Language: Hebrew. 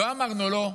לא אמרנו לו.